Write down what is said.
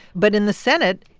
but in the senate,